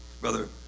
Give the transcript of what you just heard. Brother